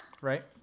right